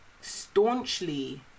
staunchly